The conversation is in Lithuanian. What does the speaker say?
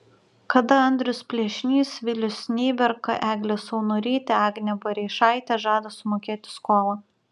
kada andrius plėšnys vilius neiberka eglė saunorytė agnė bareišaitė žada sumokėti skolą